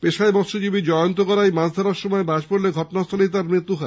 পেশায় মৎস্যজীবী জয়ন্ত গড়াই মাছ ধড়ার সময় বাজ পড়লে ঘটনাস্থলেই তাঁর মৃত্যু হয়